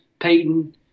Peyton